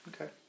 okay